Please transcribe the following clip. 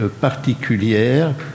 particulière